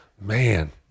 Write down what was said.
man